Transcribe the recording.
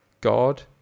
God